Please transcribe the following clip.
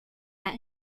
that